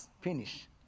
finish